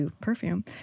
perfume